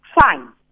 fine